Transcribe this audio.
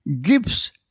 gives